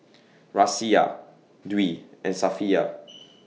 Raisya Dwi and Safiya